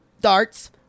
darts